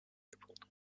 yapıldı